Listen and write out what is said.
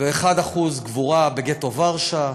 ו-1% גבורה, בגטו ורשה,